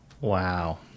Wow